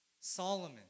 Solomon